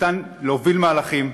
שניתן להוביל מהלכים,